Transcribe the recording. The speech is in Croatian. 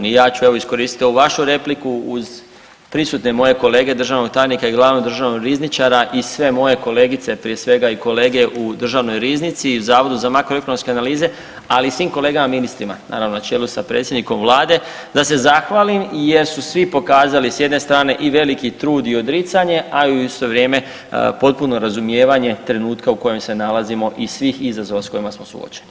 I ja ću evo iskoristiti ovu vašu repliku uz prisutne moje kolege, državnog tajnika i glavnog državnog rizničara i sve moje kolegice, prije svega i kolege u državnoj riznici i u Zavodu za makroekonomske analize, ali i svim kolegama ministrima naravno na čelu sa predsjednikom vlade da se zahvalim jer su svi pokazali s jedne strane i veliki trud i odricanje, a u isto vrijeme potpuno razumijevanje trenutka u kojem se nalazimo i svih izazova s kojima smo suočeni.